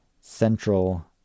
Central